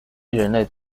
人类